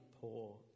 poor